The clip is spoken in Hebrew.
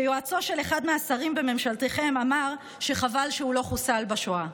שיועצו של אחד מהשרים בממשלתכם אמר שחבל שהוא לא חוסל בשואה?